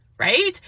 Right